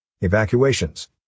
Evacuations